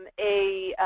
and a